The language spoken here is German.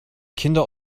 kinder